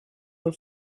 for